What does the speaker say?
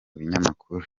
binyamakuru